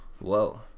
Whoa